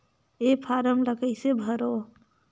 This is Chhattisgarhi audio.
ये फारम ला कइसे भरो?